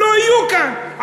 לא יהיו כאן.